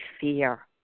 fear